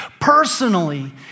Personally